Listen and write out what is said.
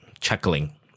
chuckling